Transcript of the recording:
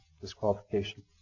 disqualification